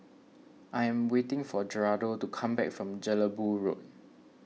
I am waiting for Geraldo to come back from Jelebu Road